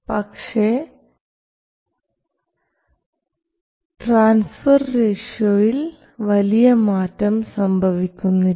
പക്ഷേ ട്രാൻസ്ഫർ റേഷ്യോയിൽ വലിയ മാറ്റം സംഭവിക്കുന്നില്ല